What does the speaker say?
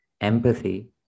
empathy